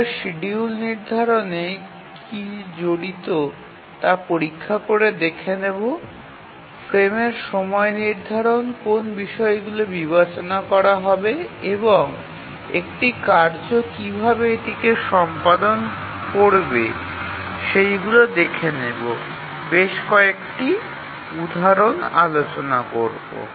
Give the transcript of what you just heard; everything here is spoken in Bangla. আমরা শিডিয়ুল নির্ধারণে কী জড়িত তা পরীক্ষা করে দেখে নেব ফ্রেমের সময় নির্ধারণে কোন বিষয়গুলি বিবেচনা করা হবে এবং একটি কার্য কীভাবে এটিকে সম্পাদন করবে সেইগুলো দেখে নেব এবং বেশ কয়েকটি উদাহরণ আলোচনা করবো